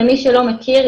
למי שלא מכיר,